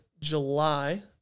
July –